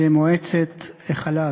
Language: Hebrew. למועצת החלב.